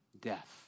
death